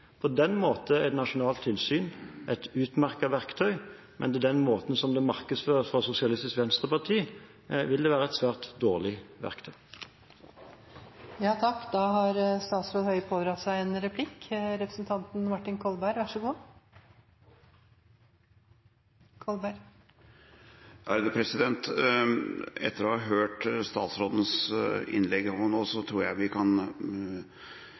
På den måten er et nasjonalt tilsyn et utmerket verktøy, men på den måten som det markedsføres fra Sosialistisk Venstreparti, vil det være et svært dårlig